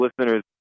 Listeners